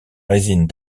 résine